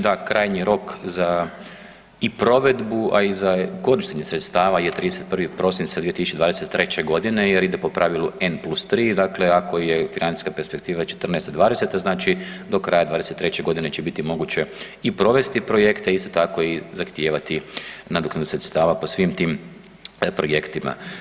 Da, krajnji rok za i provedbu, a i za korištenje sredstava je 31. prosinca 2023.g. jer ide po pravilu N+3, dakle ako je financijska perspektiva '14.-'20. znači do kraja '23.g. će biti moguće i provesti projekte i isto tako i zahtijevati nadoknadu sredstava po svim tim projektima.